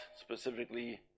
specifically